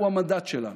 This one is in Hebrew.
התנ"ך הוא המנדט שלנו.